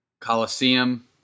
Coliseum